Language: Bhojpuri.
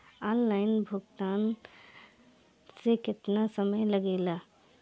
ऑनलाइन भुगतान में केतना समय लागेला?